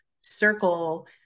circle